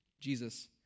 Jesus